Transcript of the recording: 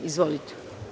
Izvolite.